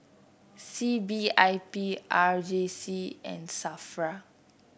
C B I B R J C and Safra